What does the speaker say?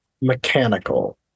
mechanical